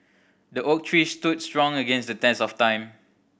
the oak tree stood strong against the test of time